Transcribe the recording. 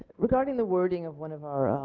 regarding the wording of one of our,